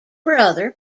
brother